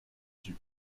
yeux